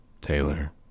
Taylor